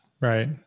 Right